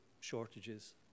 shortages